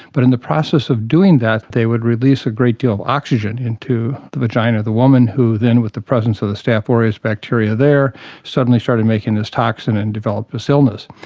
but in the process of doing that they would release a great deal of oxygen into the vagina of the woman, who then with the presence of the staph ah aureus bacteria there suddenly started making this toxin and developed this illness.